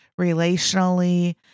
relationally